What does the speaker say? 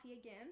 again